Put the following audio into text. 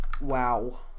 Wow